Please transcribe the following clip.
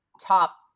top